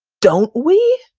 don't we?